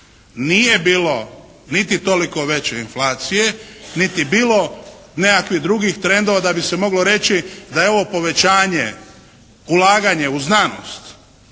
Nije bilo niti toliko veće inflacije niti je bilo nekakvih drugih trendova da bi se moglo reći da je ovo povećanje, ulaganje u znanost,